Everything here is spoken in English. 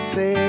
Say